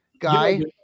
guy